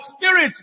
spirit